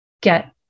get